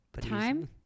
Time